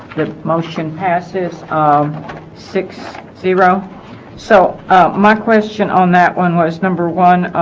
the motion passes um six zero so my question on that one was number one